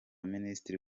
minisitiri